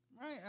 Right